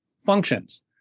functions